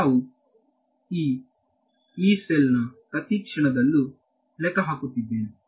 ನಾನು Yee ಸೆಲ್ನ ಪ್ರತಿ ಕ್ಷಣದಲ್ಲೂ ಲೆಕ್ಕ ಹಾಕುತ್ತಿದ್ದೇನೆ